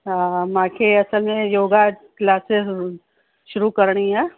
हा मूंखे असुल में योगा क्लासिस शुरू करिणी आहे